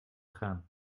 gaan